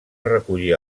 recollir